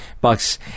bucks